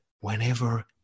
Whenever